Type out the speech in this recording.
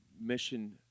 mission